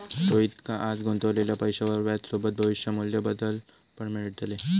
रोहितका आज गुंतवलेल्या पैशावर व्याजसोबत भविष्य मू्ल्य बदल पण मिळतले